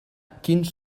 quins